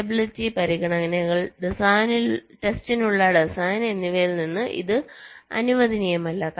testability പരിഗണനകൾ ടെസ്റ്റിനുള്ള design എന്നിവയിൽ നിന്ന് ഇത് അനുവദനീയമല്ല